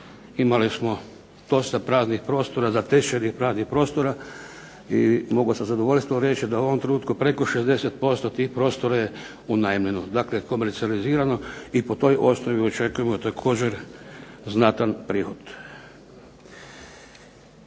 imali smo dosta praznih prostora, … /Govornik se ne razumije./… praznih prostora i mogu sa zadovoljstvom reći da u ovom trenutku preko 60% tih prostora je unajmljeno, dakle komercijalizirano. I po toj osnovi očekujemo također znatan prihod.